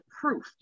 proof